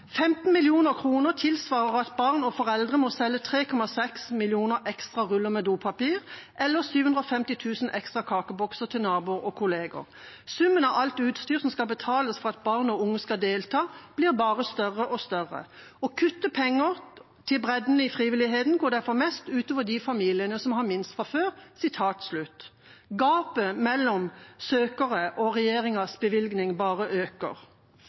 15 mill. kr uten begrunnelse. I Aftenposten beskriver Frivillighet Norge det slik – og til representanten Tage Pettersen: Dette er ikke mitt regnestykke: «15 millioner kroner tilsvarer at barn og foreldre må selge 3,6 millioner ekstra ruller med dopapir eller 750 000 ekstra kakebokser til naboer og kolleger. Summen av alt utstyr som skal betales for at barn og unge skal delta, blir bare større og større. Å kutte penger til bredden i frivilligheten går derfor mest ut over de familiene